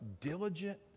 diligent